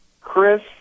Chris